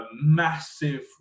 massive